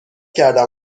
کردم